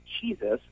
Jesus